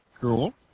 cool